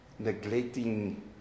neglecting